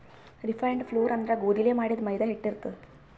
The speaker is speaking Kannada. ರಿಫೈನ್ಡ್ ಫ್ಲೋರ್ ಅಂದ್ರ ಗೋಧಿಲೇ ಮಾಡಿದ್ದ್ ಮೈದಾ ಹಿಟ್ಟ್ ಇರ್ತದ್